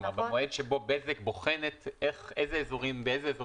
כלומר במועד שבו בזק בוחנת באילו אזורים